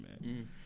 man